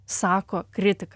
sako kritika